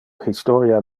historia